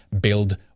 build